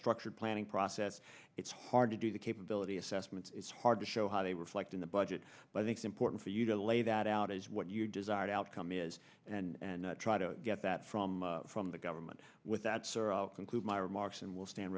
structured planning process it's hard to do the capability assessments it's hard to show how they reflect in the budget but i think is important for you to lay that out as what you desired outcome is and try to get that from from the government with that's conclude my remarks and we'll stand